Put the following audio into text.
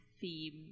theme